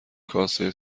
کاسه